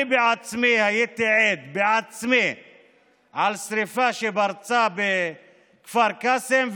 אני בעצמי הייתי עד לשרפה שפרצה בכפר קאסם,